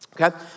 okay